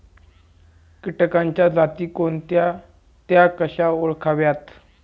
किटकांच्या जाती कोणत्या? त्या कशा ओळखाव्यात?